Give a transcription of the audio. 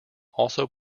also